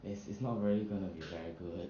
this is not really gonna be very good